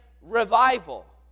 revival